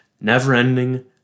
Never-ending